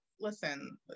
listen